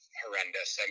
horrendous